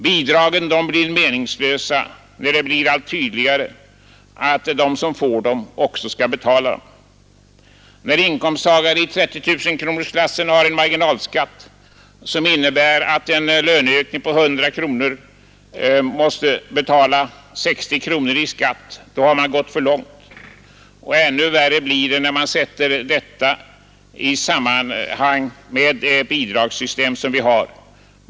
Bidragen blir meningslösa när det blir allt tydligare att de som får dem också måste betala dem. När inkomsttagare i 30 000 kronorsklassen har en marginalskatt som innebär att de av en löneökning på 100 kronor måste betala 60 kronor i skatt har man gått för långt. Ännu värre blir det när man sätter detta i samband med det bidragssystem som vi har.